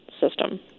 system